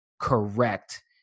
correct